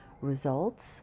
results